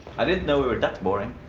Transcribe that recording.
i didn't know we were that boring.